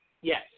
Yes